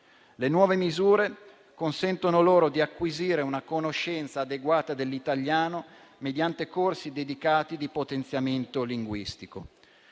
Le nuove misure consentono loro di acquisire una conoscenza adeguata dell'italiano mediante corsi dedicati di potenziamento linguistico.